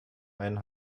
einen